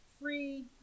free